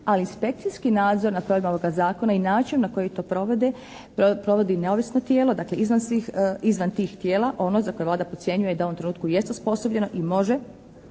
ali inspekcijski nadzor nad provedbom ovoga Zakona i način na koji to provode provodi neovisno tijelo, dakle izvan tih tijela ono za koje Vlada procjenjuje da u ovom trenutku jest osposobljeno i može